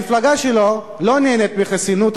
המפלגה שלו לא נהנית מחסינות,